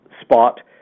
spot